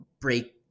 break